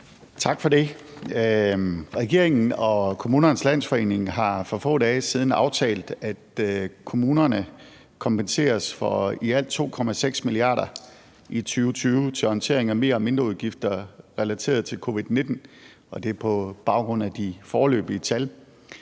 Tak for det. Regeringen og Kommunernes Landsforening har for få dage siden aftalt, at kommunerne kompenseres for i alt 2,6 mia. kr. i 2020 til håndtering af mer- og mindreudgifter relateret til covid-19, og det er på baggrund af de foreløbige tal.